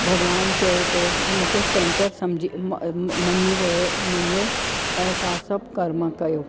भॻिवानु चए थो की मूंखे सैंटर सम्झी मञी वियो मञियो ऐं तव्हां सभु कर्म कयो